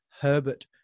Herbert